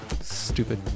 stupid